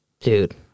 Dude